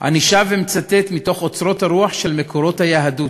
אני שב ומצטט: מתוך אוצרות הרוח של מקורות היהדות.